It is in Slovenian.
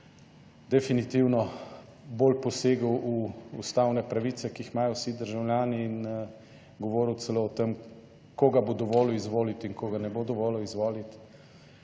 definitivno bolj posegel v ustavne pravice, ki jih imajo vsi državljani, in govoril celo o tem, koga bo dovolil izvoliti in koga ne bo dovolil izvoliti.